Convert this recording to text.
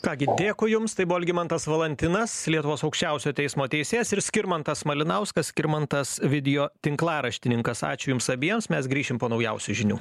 ką gi dėkui jums tai buvo algimantas valantinas lietuvos aukščiausiojo teismo teisėjas ir skirmantas malinauskas skirmantas videotinklaraštininkas ačiū jums abiems mes grįšim po naujausių žinių